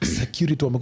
security